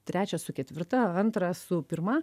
trečią su ketvirta antrą su pirma